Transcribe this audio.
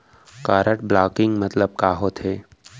Card blocking मतलब का होथे?